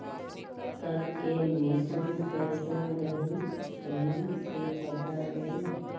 कल के मौसम कैसन रही कई से पता करी?